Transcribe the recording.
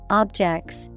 objects